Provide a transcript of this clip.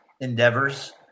endeavors